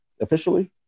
officially